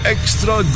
Extra